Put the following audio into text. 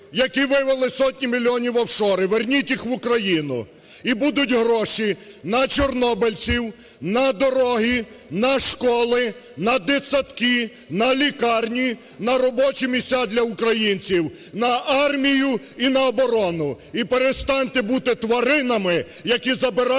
цих тварин, які вивели сотні мільйонів в офшори: верніть їх в Україну - і будуть гроші на чорнобильців, на дороги, на школи, на дитсадки, на лікарні, на робочі місця для українців, на армію і на оборону. І перестаньте бути тваринами, які забирають в українців